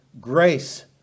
grace